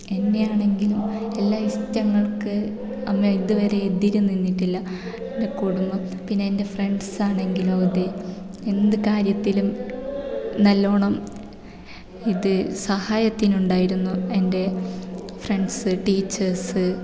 എന്നെയാണെങ്കിലും എല്ലാ ഇഷ്ടങ്ങൾക്ക് അമ്മ ഇതുവരെ എതിരു നിന്നിട്ടില്ല കുടുംബം പിന്നെ എൻ്റെ ഫ്രണ്ട്സാണെങ്കിലും അതെ എന്ത് കാര്യത്തിലും നല്ലവണ്ണം ഇത് സഹായത്തിനുണ്ടായിരുന്നു എൻ്റെ ഫ്രണ്ട്സ് ടീച്ചേഴ്സ്